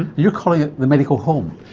you're calling it the medical home.